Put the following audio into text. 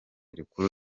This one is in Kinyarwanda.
rikuru